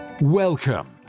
Welcome